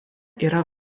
yra